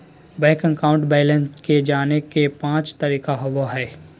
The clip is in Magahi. बैंक अकाउंट बैलेंस के जाने के पांच तरीका होबो हइ